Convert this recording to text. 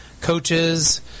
coaches